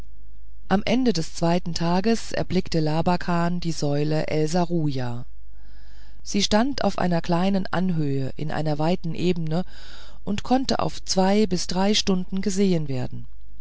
am ende des zweiten tages erblickte labakan die säule el serujah sie stand auf einer kleinen anhöhe in einer weiten ebene und konnte auf zwei bis drei stunden gesehen werden